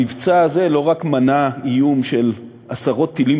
המבצע הזה לא רק מנע איום של עשרות טילים